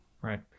Right